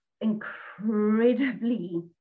incredibly